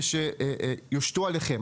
שיושתו עליכם,